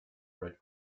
red